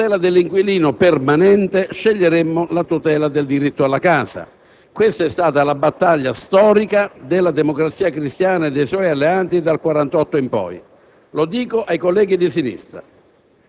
È evidente che se dovessimo scegliere tra la tutela del diritto alla casa come valore, e la tutela dell' inquilino permanente sceglieremmo la tutela del diritto alla casa.